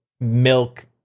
milk